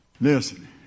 Listen